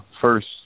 first